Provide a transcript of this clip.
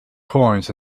coins